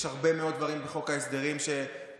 יש הרבה מאוד דברים בחוק ההסדרים שמעלים